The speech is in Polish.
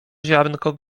ziarnko